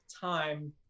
time